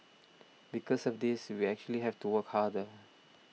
because of this we actually have to work harder